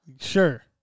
Sure